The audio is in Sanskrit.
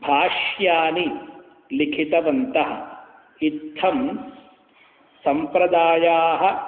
भाष्यानि लिखितवन्तः इत्थं सम्प्रदायाः